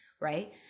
right